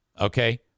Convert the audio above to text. Okay